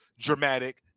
dramatic